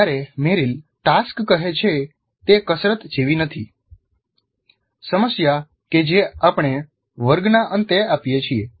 જ્યારે Merrill Task કહે છે તે કસરત જેવી નથી સમસ્યા કે જે આપણે વર્ગના અંતે આપીએ છીએ